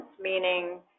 meaning